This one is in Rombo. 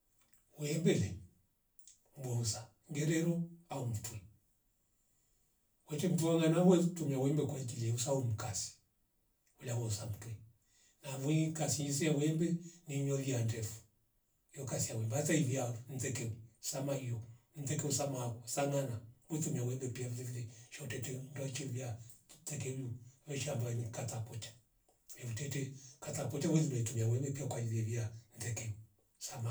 Wee mbele mwoosa ngerero au mtwe wete mnduwa welanavo weiftumia wembe kwa inkili yeusa au mkasi uliawo samtwe na mvwi kasinzia wembe ni welia ndefu ni ukasi ya wembe hata ivia nvekeu samario nveku usamakwa sangana wetumia wembe pia vilevile shau tete u ndwaichovya tutekenyu maisha ambaya ni kuta kucha hevitete kata kucha welitumia wembe pia kwajili ndhekeu